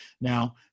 Now